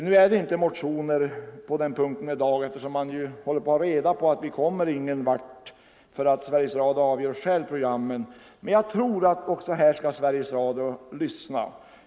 Nu finns det inga motioner om detta i dag, eftersom man börjat förstå att man inte kommer någonvart eftersom Sveriges Radio själv avgör vilka program som skall sändas. Men jag tror att också här borde Sveriges Radio lyssna.